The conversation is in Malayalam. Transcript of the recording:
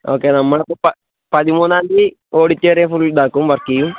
ഓക്കേ നമ്മളപ്പോൾ പ പതിമൂന്നാം തീയതി ഓഡിറ്റോറിയം ഫുൾ ഇതാക്കും വർക്ക് ചെയ്യും